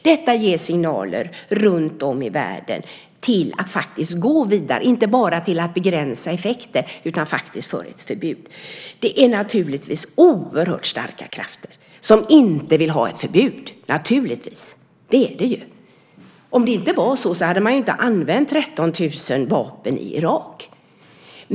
Detta ger signaler runtom i världen till att faktiskt gå vidare, inte bara till att begränsa effekter utan faktiskt till ett förbud. Det är naturligtvis oerhört starka krafter som inte vill ha ett förbud. Om det inte var så hade man inte använt 13 000 bomber i Irak.